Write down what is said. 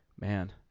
man